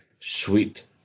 sweet